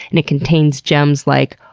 and it contains gems like,